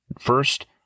First